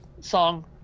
song